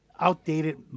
Outdated